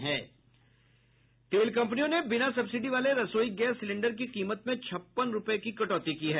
तेल कम्पनियों ने बिना सब्सिडी वाले रसोई गैस सिलेंडर की कीमत में छप्पन रूपये की कटौती की है